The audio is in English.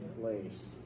place